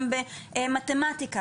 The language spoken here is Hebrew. יש להם מישהו שיאמן אותם גם במתמטיקה,